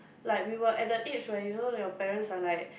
like we were at the age where you know your parents are like